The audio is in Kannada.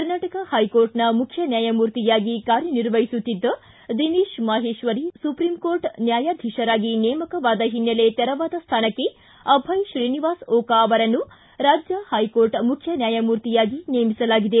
ಕರ್ನಾಟಕ ಹೈಕೋರ್ಟ್ನ ಮುಖ್ಯನ್ಯಾಯಮೂರ್ತಿಯಾಗಿ ಕಾರ್ಯನಿರ್ವಹಿಸುತ್ತಿದ್ದ ದಿನೇತ ಮಾಹೇತ್ವರಿ ಸುಪ್ರೀಂ ಕೋರ್ಟ್ ನ್ಯಾಯಾಧೀಶರಾಗಿ ನೇಮಕವಾದ ಹಿನ್ನೆಲೆ ತೆರವಾದ ಸ್ಥಾನಕ್ಕೆ ಅಭಯ ತ್ರೀನಿವಾಸ ಓಕಾ ಅವರನ್ನು ರಾಜ್ಯ ಹೈಕೋರ್ಟ್ ಮುಖ್ಠನ್ಥಾಯಮೂರ್ತಿಯಾಗಿ ನೇಮಿಸಲಾಗಿದೆ